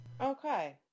Okay